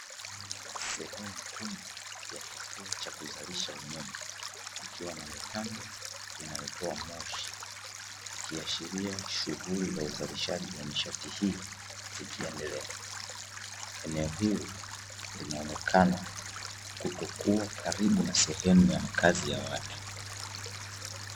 Sehemu kubwa ya kituo cha kuzalisha umeme ikiwa na mitambo inayotoa moshi, ikiashiria shughuli za uzalishaji wa nishati hiyo zikiendelea. Eneo hili linaonekana kutokua karibu na sehemu ya makazi ya watu.